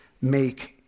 make